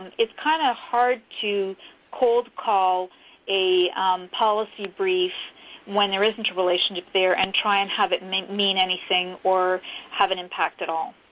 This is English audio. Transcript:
it's kind of hard to cold call a policy brief when there isn't a relationship there and try and have it mean mean anything or have an impact at all.